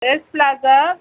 S plaza